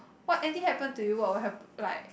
what anything happen to you what would hap~ like